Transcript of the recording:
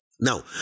Now